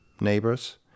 neighbors